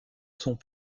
sont